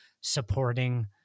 supporting